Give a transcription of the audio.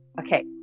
okay